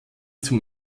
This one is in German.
zum